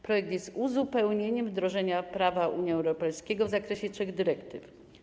Projekt jest uzupełnieniem wdrożenia prawa Unii Europejskiej w zakresie trzech dyrektyw.